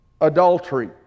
adultery